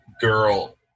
girl